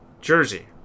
jersey